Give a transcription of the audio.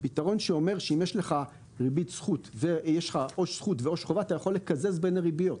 פתרון שאומר שאם יש לך עו"ש זכות ועו"ש חובה אתה יכול לקזז בין הריביות.